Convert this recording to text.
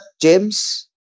James